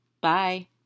bye